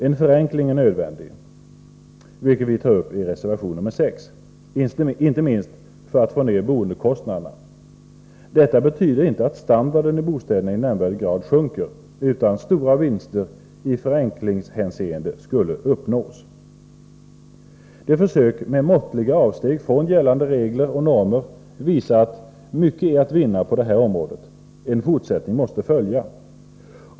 En förenkling är nödvändig, vilket vi tar upp i reservation 6, inte minst för att få ner boendekostnaderna. Detta betyder inte att standarden i bostäderna i nämnvärd grad sjunker, utan stora vinster i förenklingshänseende skulle uppnås. De försök som har gjorts med måttliga avsteg från gällande regler och normer visar att mycket är att vinna på detta område. En fortsättning måste följa.